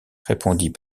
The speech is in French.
répondit